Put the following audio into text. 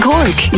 Cork